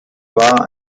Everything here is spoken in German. war